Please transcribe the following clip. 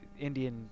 Indian